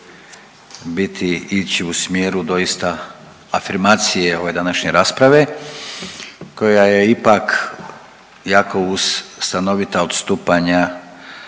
biti, ići u smjeru doista afirmacije ove današnje rasprave koja je ipak jako uz stanovita odstupanja